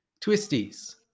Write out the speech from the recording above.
twisties